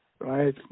right